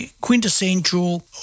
quintessential